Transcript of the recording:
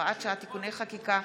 הודעה למזכירת הכנסת, בבקשה.